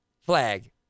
flag